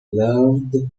learned